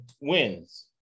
wins